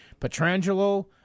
Petrangelo